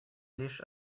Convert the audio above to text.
лишь